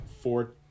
four